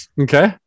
Okay